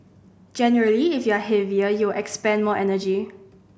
generally if you're heavier you'll expend more energy